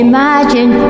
Imagine